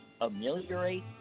ameliorate